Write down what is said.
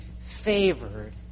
favored